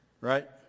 right